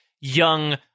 young